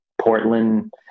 Portland